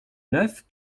neuf